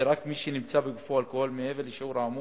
שרק מי שנמצא בגופו אלכוהול מעבר לשיעור האמור,